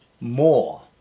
more